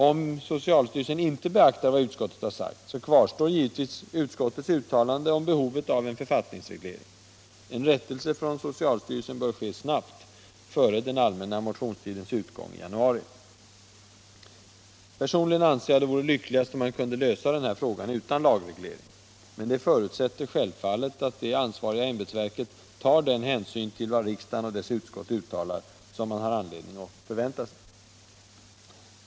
Om socialstyrelsen inte beaktar vad socialutskottet har sagt, kvarstår givetvis utskottets uttalanden om behovet av en författningsreglering. En rättelse från socialstyrelsen bör ske snabbt, före den allmänna motionstidens utgång i januari. Personligen anser jag att det vore lyckligast, om man kunde lösa denna fråga utan lagreglering, men det förutsätter självfallet att det ansvariga ämbetsverket tar den hänsyn till vad riksdagen och dess utskott uttalar, som man har anledning att förvänta sig.